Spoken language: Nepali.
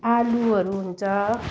आलुहरू हुन्छ